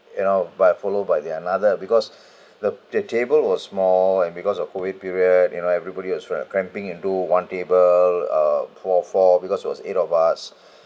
you know by followed by the another because the the table was small and because of COVID period you know everybody as were cramping into one table uh four four because it was eight of us